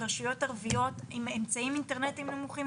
ברשויות ערביות עם אמצעי אינטרנט נמוכים,